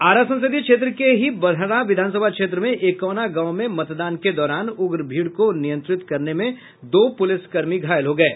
आरा संसदीय क्षेत्र के बडहरा विधानसभा क्षेत्र में एकौना गांव में मतदान के दौरान उग्र भीड़ को नियंत्रित करने में दो प्रलिस कर्मी घायल हो गये